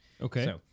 okay